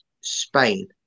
Spain